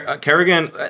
Kerrigan